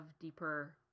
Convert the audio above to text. deeper